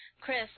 Chris